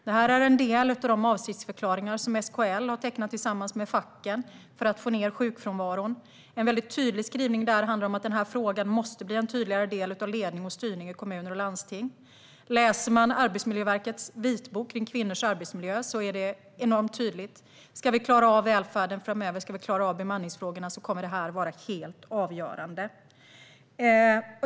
Det här är en del av de avsiktsförklaringar som SKL har tecknat tillsammans med facken för att få ned sjukfrånvaron. En väldigt tydlig skrivning där handlar om att den här frågan måste bli en tydligare del av ledning och styrning i kommuner och landsting. Läser man Arbetsmiljöverkets vitbok om kvinnors arbetsmiljö är det enormt tydligt: Ska vi klara av välfärden och bemanningsfrågorna framöver kommer detta att vara helt avgörande.